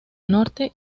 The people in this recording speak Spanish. norte